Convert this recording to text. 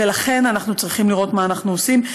ולכן אנחנו צריכים לראות מה אנחנו עושים.